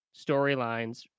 storylines